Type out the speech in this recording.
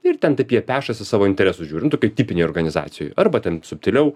ir ten taip jie pešasi savo interesus žiūri nu tokioj tipinėj organizacijoj arba ten subtiliau